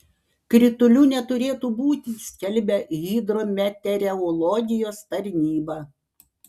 kritulių neturėtų būti skelbia hidrometeorologijos tarnyba